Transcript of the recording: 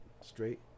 straight